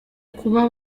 kuba